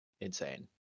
insane